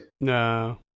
No